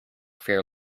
fair